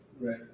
Right